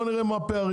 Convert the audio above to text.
בוא נראה מה הפערים,